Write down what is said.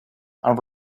and